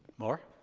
more?